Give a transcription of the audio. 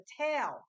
tail